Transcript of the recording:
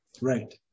Right